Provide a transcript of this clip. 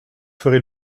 ferez